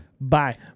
Bye